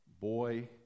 Boy